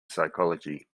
psychology